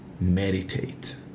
meditate